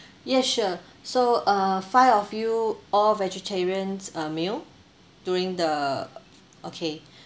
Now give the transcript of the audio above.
yes sure so uh five of you all vegetarians uh meal during the okay